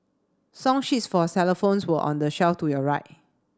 song sheets for xylophones were on the shall to your right